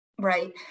Right